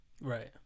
Right